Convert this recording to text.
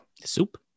Soup